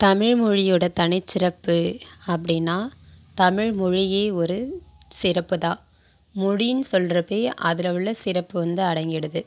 தமிழ்மொழியோட தனிச்சிறப்பு அப்படின்னா தமிழ்மொழியே ஒரு சிறப்புதான் மொழின்னு சொல்றப்பவே அதில் உள்ள சிறப்பு வந்து அடங்கிடுது